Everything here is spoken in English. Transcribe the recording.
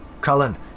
Cullen